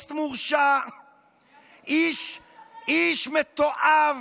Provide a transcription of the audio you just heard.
טרוריסט מורשע, איש מתועב,